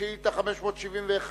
שאילתא מס' 571,